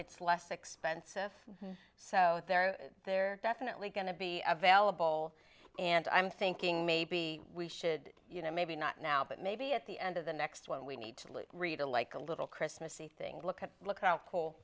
it's less expensive so they're they're definitely going to be available and i'm thinking maybe we should you know maybe not now but maybe at the end of the next one we need to read to like a little christmassy thing look at look